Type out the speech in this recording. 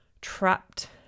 trapped